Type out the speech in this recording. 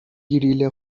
گریل